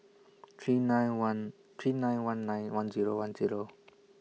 three nine one three nine one nine one Zero one Zero